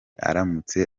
aramutse